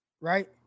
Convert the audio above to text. Right